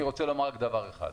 אני רוצה לומר רק דבר אחד.